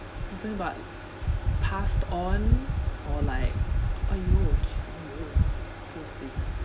do but passed on or like !aiyo! okay poor thing